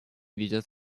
видят